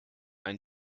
ein